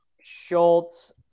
Schultz